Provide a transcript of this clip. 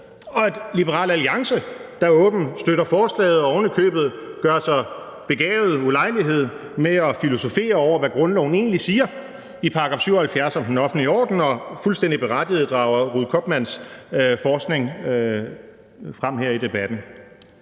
og et Liberal Alliance, der åbent støtter forslaget og ovenikøbet gør sig begavet ulejlighed med at filosofere over, hvad grundloven egentlig siger i § 77 om den offentlige orden, og fuldstændig berettiget drager Ruud Koopmans forskning frem her i debatten.